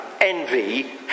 Envy